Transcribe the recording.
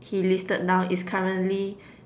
he listed down is currently